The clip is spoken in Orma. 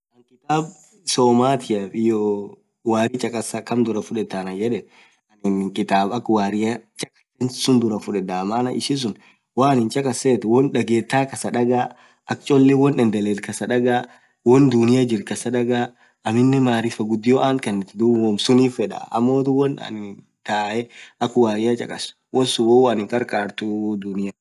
anin kitab somathiaaf iyoo warri chakkasaa kamm dhurah fudhethaa anayedhe anin kitab akha warria chakkasen suun dhurah fudhedha maaan ishisun won dhagethaa kas dhagaaa akha cholee won endelethu kasaaa dhagaa won dunia jirtu kasdhagaa aminen marifaa ghudio attkanithi wommsunif fedha ammothu won anin taae akha warria chakhas wonsun woyyu anihikharkharthu dhunia